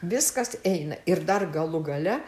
viskas eina ir dar galų gale